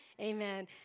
Amen